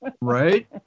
Right